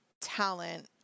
talent